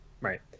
Right